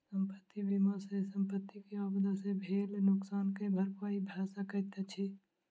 संपत्ति बीमा सॅ संपत्ति के आपदा से भेल नोकसान के भरपाई भअ सकैत अछि